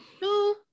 Two